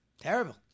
Terrible